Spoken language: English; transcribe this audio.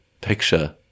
picture